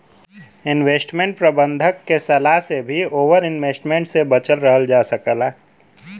investment प्रबंधक के सलाह से भी ओवर इन्वेस्टमेंट से बचल रहल जा सकला